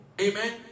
Amen